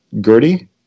gertie